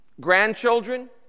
Grandchildren